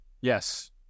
Yes